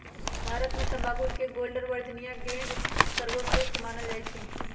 भारत में तमाकुल के गोल्डन वर्जिनियां ग्रीन सर्वोत्कृष्ट मानल जाइ छइ